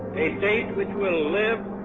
a date which will live